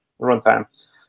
runtime